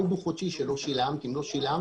דרישה